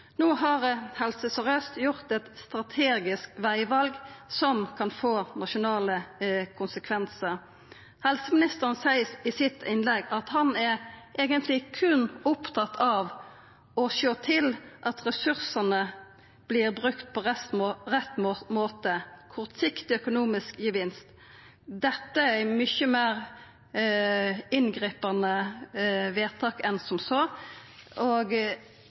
No har Helse Sør-Aust gjort eit strategisk vegval som kan få nasjonale konsekvensar. Helseministeren sa i sitt innlegg at han er eigentleg berre oppteken av å sjå til at ressursane vert brukte på rett måte, kortsiktig økonomisk gevinst. Dette er mykje meir inngripande vedtak enn som så, og